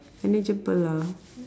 manageable lah